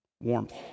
Warmth